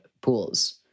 pools